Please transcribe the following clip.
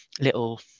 little